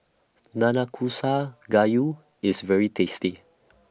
Nanakusa Gayu IS very tasty